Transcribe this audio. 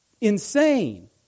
insane